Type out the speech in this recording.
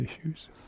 issues